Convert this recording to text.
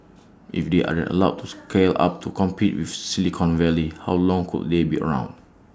if they aren't allowed to scale up to compete with Silicon Valley how long could they be around